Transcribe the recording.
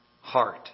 heart